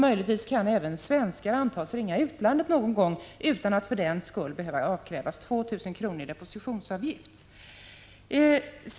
Möjligen kan även svenskar antas ringa utlandet någon gång utan att för den skull behöva avkrävas 2 000 kr. i depositionsavgift.